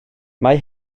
mae